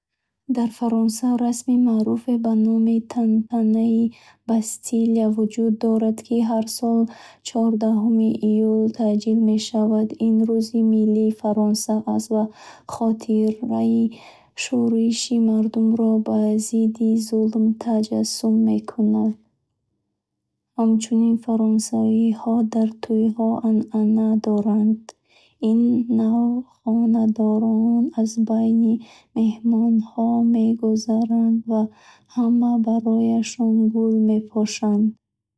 Дар Фаронса расми маъруфе бо номи тантанаи Бастилия вуҷуд дорад, ки ҳар сол чордахуми июл таҷлил мешавад. Ин рӯзи миллии Фаронса аст ва хотираи шӯриши мардумро бар зидди зулм таҷассум мекунад. Ҳамчунин, фаронсавиҳо дар тӯйҳо анъана доранд, ки навхонадорон аз байни меҳмонҳо мегузаранд ва ҳама барояшон гул мепошанд.